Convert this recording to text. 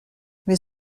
mais